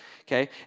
Okay